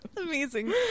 amazing